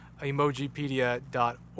Emojipedia.org